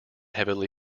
heavily